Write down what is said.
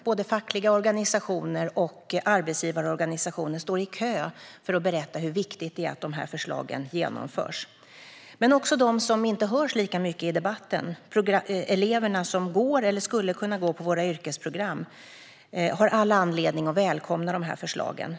Både fackliga organisationer och arbetsgivarorganisationer står i kö för att berätta hur viktigt det är att de här förslagen genomförs. Även de som inte hörs lika mycket i debatten - eleverna som går eller skulle kunna gå på yrkesprogrammen - har all anledning att välkomna dessa förslag.